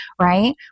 right